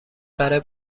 برا